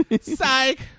psych